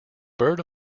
bird